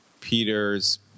Peter's